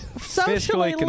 socially